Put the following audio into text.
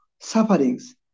sufferings